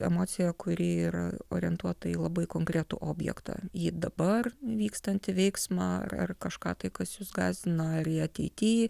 emocija kuri yra orientuota į labai konkretų objektą į dabar vykstantį veiksmą ar ar kažką tai kas jus gąsdina ar į ateity